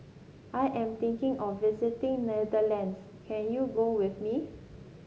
I am thinking of visiting Netherlands can you go with me